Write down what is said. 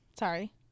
Sorry